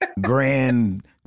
Grand